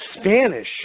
Spanish